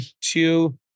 two